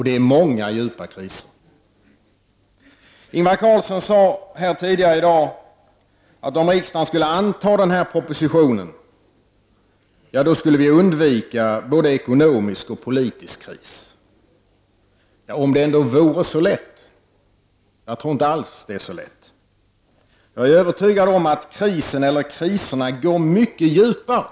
Det är många djupa kriser. Ingvar Carlsson sade tidigare här i dag att om riksdagen skulle anta propositionen, skulle vi undvika både en ekonomisk och en politisk kris. Om det ändå vore så lätt. Jag tror inte alls att det är så lätt. Jag är övertygad om att krisen, eller kriserna, går mycket djupare.